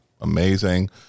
amazing